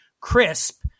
crisp